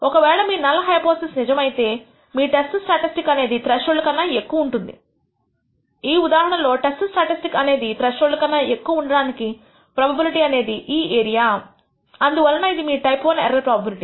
ఒకవేళ మీ null hypothesis నిజం అయితే మీ టెస్ట్ స్టాటిస్టిక్ అనేది త్రెష్హోల్డ్ కన్నా ఎక్కువ ఉంటుంది ఈ ఉదాహరణలో టెస్ట్ స్టాటిస్టిక్ అనేది త్రెష్హోల్డ్ కన్నా ఎక్కువ ఉండడానికి ప్రోబబిలిటీ అనేది ఈ ఏరియా అందువలన ఇది మీ టైప్ I ఎర్రర్ ప్రోబబిలిటీ